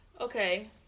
Okay